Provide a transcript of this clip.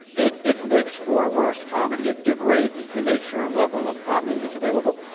it it makes for worse comedy. it degrades the nature, level of comedy that's available.